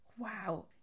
Wow